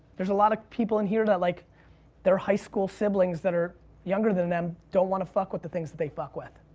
there's a lot of people in here that like their high school siblings that are younger than them don't want to fuck with the things that they fuck with.